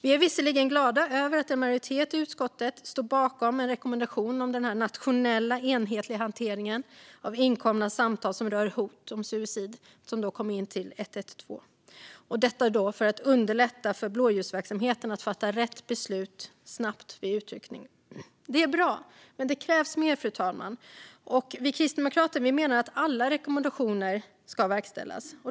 Vi är visserligen glada över att en majoritet i utskottet står bakom rekommendationen om en nationell enhetlig hantering av inkommande samtal, via 112, som rör hot om suicid. Detta är då för att underlätta för blåljusverksamheten att snabbt fatta rätt beslut vid utryckning. Det är bra, men det krävs mer, fru talman. Vi kristdemokrater menar att alla rekommendationer ska verkställas.